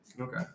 Okay